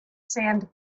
sand